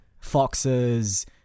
foxes